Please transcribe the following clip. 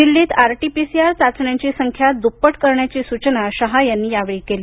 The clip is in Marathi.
दिल्लीत आरटी पीटीसी चाचण्यांची संख्या दुप्पट करण्याची सूचना शहा यांनी यावेळी केली